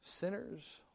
Sinners